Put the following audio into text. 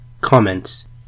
Comments